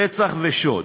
רצח ושוד.